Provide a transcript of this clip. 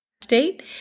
state